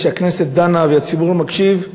וכשהכנסת דנה והציבור מקשיב,